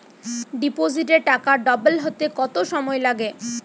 ডিপোজিটে টাকা ডবল হতে কত সময় লাগে?